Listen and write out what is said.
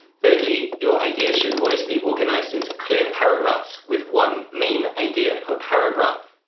thirdly, your ideas should always be organized into clear paragraphs with one main idea per paragraph.